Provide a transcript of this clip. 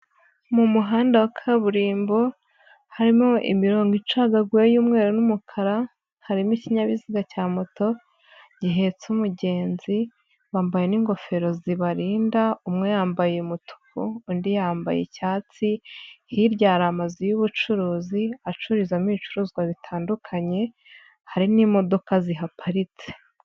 Mu muhanda wa kaburimbo harimo imirongo icagaguyewe y'umweru n'umukara, harimo ikinyabiziga cya moto, gihetse umugenzi, bambaye n'ingofero zibarinda, umwe yambaye umutuku, undi yambaye icyatsi, hirya hari amazu y'ubucuruzi, acururizamo ibicuruzwa bitandukanye, hari n'imodoka zihaparitse.